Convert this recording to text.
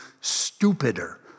stupider